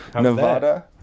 Nevada